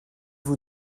vous